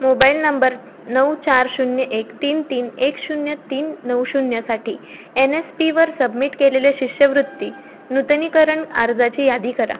mobile number नऊ चार शून्य एक तीन तीन एक शून्य तीन नऊ शून्यसाठी एन एस पीवर सबमिट केलेले शिष्यवृत्ती नूतनीकरण अर्जाची यादी करा